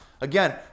Again